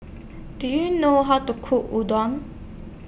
Do YOU know How to Cook Udon